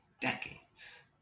decades